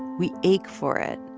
we ache for it.